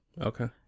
Okay